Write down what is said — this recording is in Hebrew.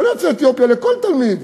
לא ליוצאי אתיופיה אלא לכל תלמיד.